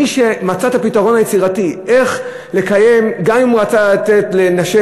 מי שמצא את הפתרון היצירתי איך לקיים גם אם הוא רצה לתת לנשי